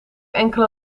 enkele